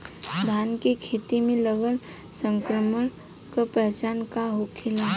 धान के खेत मे लगल संक्रमण के पहचान का होखेला?